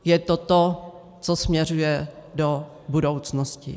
Je to to, co směřuje do budoucnosti.